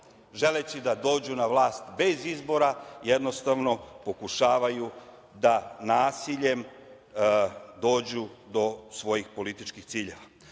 želeći da dođu na vlast bez izbora jednostavno pokušavaju da nasiljem dođu do svojih političkih ciljeva. Vratiću